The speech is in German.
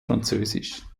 französisch